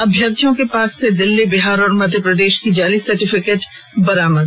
अभ्यर्थियों के पास से दिल्ली बिहार और मध्य प्रदेश की जाली सर्टिफिकेट बरामद